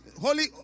Holy